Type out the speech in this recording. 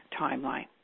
timeline